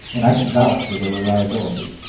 and i can vouch for their reliability.